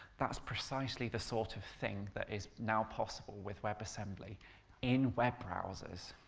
that's precisely the sort of thing that is now possible with webassembly in web browsers.